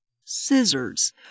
scissors